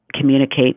communicate